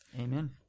amen